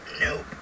Nope